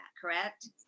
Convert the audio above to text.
correct